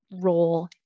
role